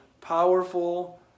powerful